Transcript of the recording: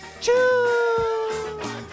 Choo